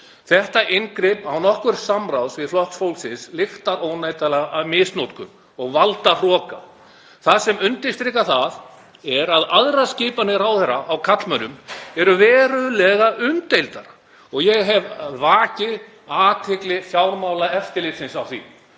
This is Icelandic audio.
Þetta inngrip án nokkurs samráðs við Flokks fólksins lyktar óneitanlega af misnotkun og valdhroka. Það sem undirstrikar það er að aðrar skipanir ráðherra á karlmönnum eru verulega umdeildar og ég hef vakið athygli Fjármálaeftirlitsins á því.